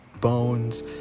Bones